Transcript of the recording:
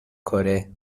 کره